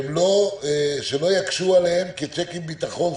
שלא יקשו עליהם כצ'קים ביטחון.